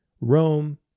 Rome